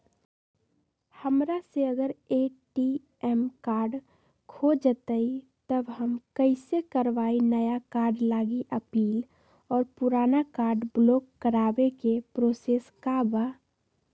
हमरा से अगर ए.टी.एम कार्ड खो जतई तब हम कईसे करवाई नया कार्ड लागी अपील और पुराना कार्ड ब्लॉक करावे के प्रोसेस का बा?